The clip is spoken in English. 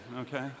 okay